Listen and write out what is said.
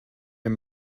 and